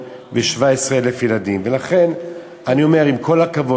817,000 ילדים, ולכן אני אומר, עם כל הכבוד